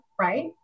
right